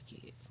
kids